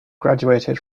graduated